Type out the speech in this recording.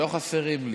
הם לא חסרים לי.